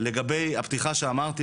לגבי הפתיחה שאמרתי,